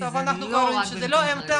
כי זה לא רק במקרים חריגים.